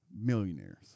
millionaires